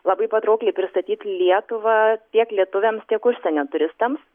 labai patraukliai pristatyt lietuvą tiek lietuviams tiek užsienio turistams